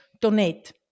donate